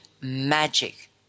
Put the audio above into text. magic